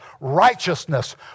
righteousness